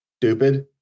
Stupid